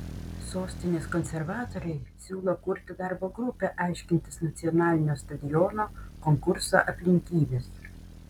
sostinės konservatoriai siūlo kurti darbo grupę aiškintis nacionalinio stadiono konkurso aplinkybes